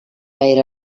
era